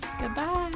Goodbye